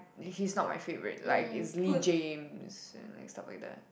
he's not my favourite like it's Lee-James and like stuff like that